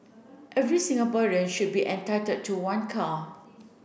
every Singaporean should be entitled to one car